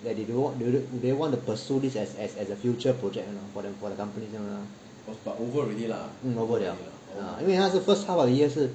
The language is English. that they don't want they want to pursue this as as as a future project for the for the company 这样 lah mm over liao 因为他是 first half of the year 是